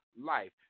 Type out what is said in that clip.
life